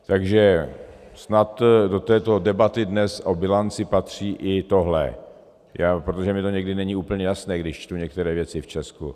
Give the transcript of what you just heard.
Takže snad do této debaty dnes o bilanci patří i tohle, protože mi to někdy není úplně jasné, když čtu některé věci v Česku.